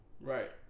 right